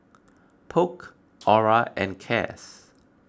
Polk Orah and Cas